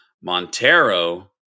Montero